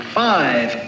five